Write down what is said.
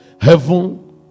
heaven